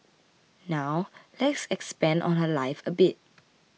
now let's expand on her life a bit